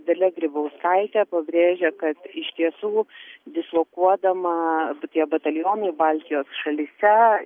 dalia grybauskaitė pabrėžia kad iš tiesų dislokuodama tie batalionai baltijos šalyse